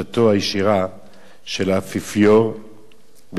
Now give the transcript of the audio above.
של האפיפיור ומסדר נזירים מיוחד,